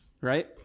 Right